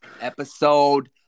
episode